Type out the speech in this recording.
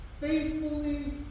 faithfully